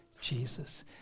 Jesus